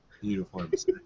uniforms